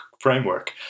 framework